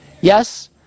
Yes